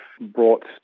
brought